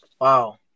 wow